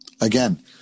Again